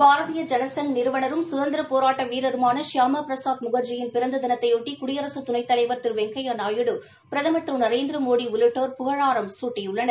பாரதீய ஜன சங் நிறுவனரும் சுதந்திரப் போராட்ட வீரருமான ஷியாம பிரசாத் முக்ஜியின் பிறந்த தினத்தையொட்டி குடியரக துணைத்தவைர் திரு வெங்கையா நாயுடு பிரதம் திரு நநரேந்திரமோடி உள்ளிட்டோர் புகழாரம் சூட்டியுள்ளனர்